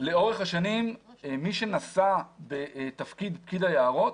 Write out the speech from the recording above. לאורך השנים מי שנשא בתפקיד פקיד היערות,